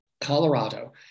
Colorado